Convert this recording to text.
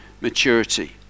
maturity